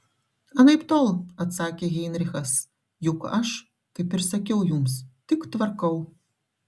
anaiptol atsakė heinrichas juk aš kaip ir sakiau jums tik tvarkau